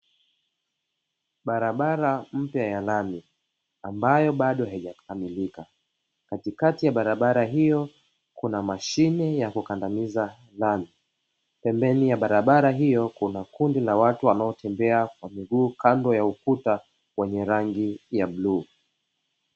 Barabara mpya ya lami ambayo bado haijakamilika. Katikati ya barabara hiyo kuna mashine inakandamiza lami. Pembeni ya barabara hiyo kuna kundi la watu wanaotembea kwa miguu kando ya ukuta wenye rangi ya bluu.